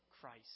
Christ